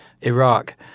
Iraq